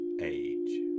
age